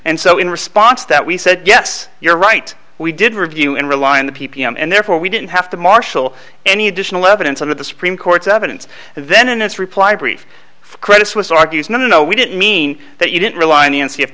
and so in response that we said yes you're right we did review and realign the p p m and therefore we didn't have to marshal any additional evidence of the supreme court's evidence then in its reply brief credit suisse argues no no we didn't mean that you didn't rely nancy